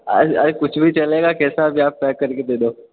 अरे कुछ भी चलेगा कैसा भी पैक कर के दे दो